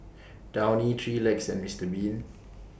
Downy three Legs and Mister Bean